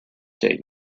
date